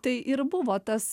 tai ir buvo tas